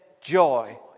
Joy